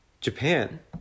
Japan